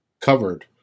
covered